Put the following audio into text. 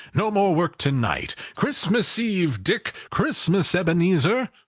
no more work to-night. christmas eve, dick. christmas, ebenezer!